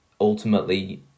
ultimately